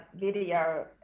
video